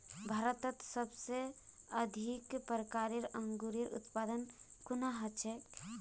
भारतत सबसे अधिक प्रकारेर अंगूरेर उत्पादन कुहान हछेक